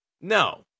No